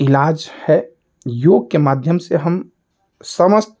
इलाज है योग के माध्यम से हम समस्त